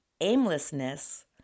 aimlessness